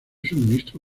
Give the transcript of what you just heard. suministro